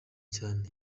cyane